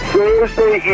Thursday